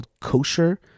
Kosher